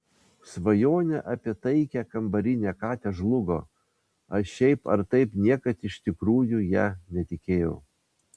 svajonė apie taikią kambarinę katę žlugo aš šiaip ar taip niekad iš tikrųjų ja netikėjau